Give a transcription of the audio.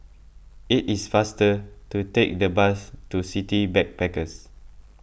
it is faster to take the bus to City Backpackers